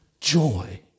joy